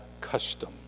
custom